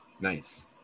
Nice